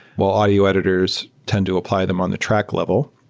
while audio editors tend to apply them on the track level.